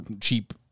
cheap